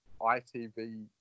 ITV